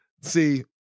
See